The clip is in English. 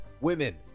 women